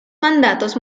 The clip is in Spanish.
mandatos